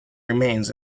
remains